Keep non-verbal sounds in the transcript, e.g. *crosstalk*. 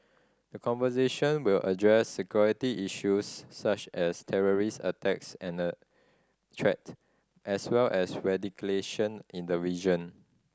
the conversation will address security issues such as terrorist attacks and threat as well as *unintelligible* in the region